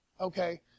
okay